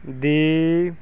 ਦੀ